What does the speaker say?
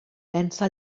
pensa